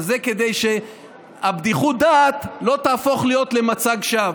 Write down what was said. זה כדי שבדיחות הדעת לא תהפוך להיות למצג שווא,